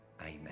Amen